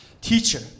Teacher